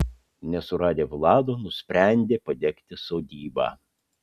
nesuradę vlado nusprendė padegti sodybą